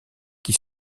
qui